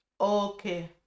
Okay